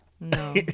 No